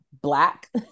black